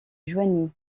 joigny